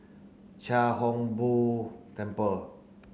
Chia Hung Boo Temple